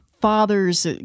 fathers